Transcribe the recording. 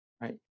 right